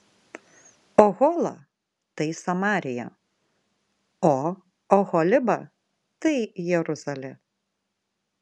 ohola tai samarija o oholiba tai jeruzalė